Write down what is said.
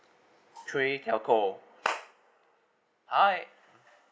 three telco hi